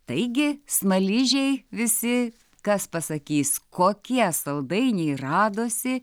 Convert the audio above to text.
taigi smaližiai visi kas pasakys kokie saldainiai radosi